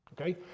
Okay